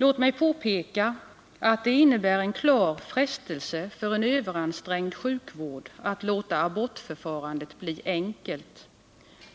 Låt mig påpeka att det innebär en klar frestelse för en överansträngd sjukvård att låta abortförfarandet bli enkelt.